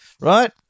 right